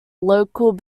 local